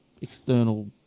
external